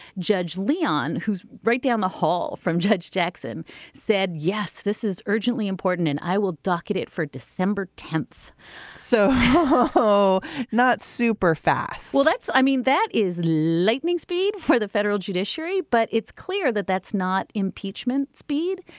judge leon who's right down the hall from judge jackson said yes this is urgently important and i will docket it for december tenth so oh not super fast well that's i mean that is lightning speed for the federal judiciary but it's clear that that's not impeachment speed.